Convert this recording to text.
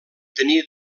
tenir